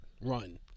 run